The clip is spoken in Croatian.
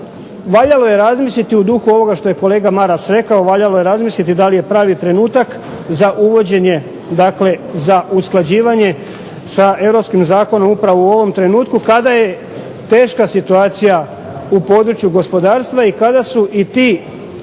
valjalo je razmisliti u duhu ovoga što je kolega Maras rekao, valjalo je razmisliti da li je pravi trenutak za uvođenje, dakle za usklađivanje sa europskim zakonom upravo u ovom trenutku, kada je teška situacija u području gospodarstva i kada su i ti